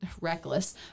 reckless